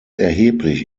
erheblich